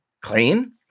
clean